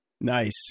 Nice